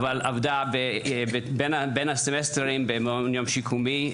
היא עבדה בין הסמסטרים במעון יום שיקומי,